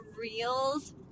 reels